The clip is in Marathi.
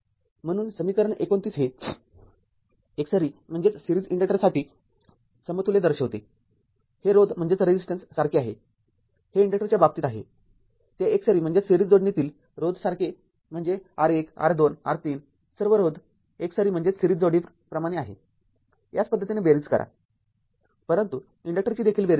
म्हणून समीकरण २९ हे एकसरी इन्डक्टरसाठी समतुल्य दर्शविते हे रोध सारखे आहे हे इन्डक्टरच्या बाबतीत आहे ते एकसरी जोडणीतील रोधासारखे म्हणजे R१ R२ R३ सर्व रोध एकसरी जोडणीप्रमाणे आहे याच पद्धतीने बेरीज करा परंतु इन्डक्टरची देखील बेरीज करा